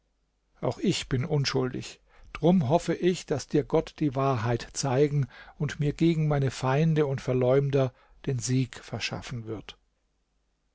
auch ich bin unschuldig drum hoffe ich daß dir gott die wahrheit zeigen und mir gegen meine feinde und verleumder den sieg verschaffen wird